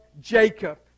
Jacob